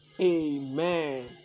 amen